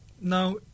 now